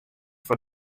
foar